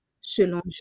selon